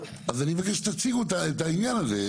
אז אני מבקש שתציגו את העניין הזה,